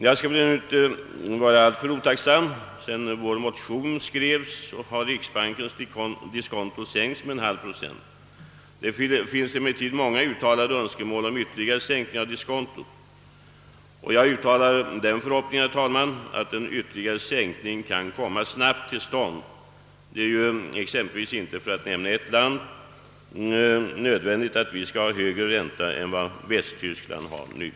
Jag skulle väl nu inte vara alltför otacksam, eftersom riksbankens diskonto sedan vår motion skrevs har sänkts med en halv procent. Det finns emellertid många uttalade önskemål om ytterligare sänkning av diskontot. Jag uttalar, herr talman, den förhoppningen att en ytterligare sänkning snabbt kan komma till stånd. Det är ju exempelvis icke nödvändigt — för att nämna bara ett land — att vi skall hålla en högre ränta än vad Västtyskland anser skäligt.